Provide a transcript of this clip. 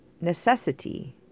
necessity